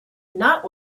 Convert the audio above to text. not